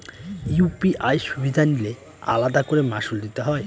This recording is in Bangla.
ইউ.পি.আই সুবিধা নিলে আলাদা করে মাসুল দিতে হয়?